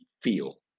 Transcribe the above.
feel